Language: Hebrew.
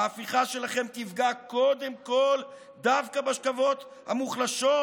ההפיכה שלכם תפגע קודם כול דווקא בשכבות המוחלשות,